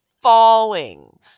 falling